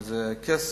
זה כסף,